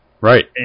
Right